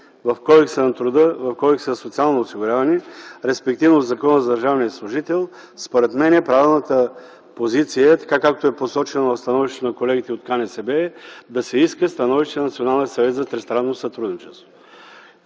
в Кодекса на труда и в Кодекса за социално осигуряване, респективно в Закона за държавния служител, според мен правилната позиция, така както е посочено в становището на колегите от КНСБ, е да се иска становище на Националния съвет за тристранно сътрудничество.